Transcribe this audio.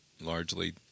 largely